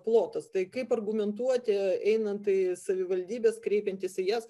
plotas tai kaip argumentuoti einant į savivaldybes kreipiantis į jas